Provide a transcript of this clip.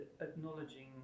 acknowledging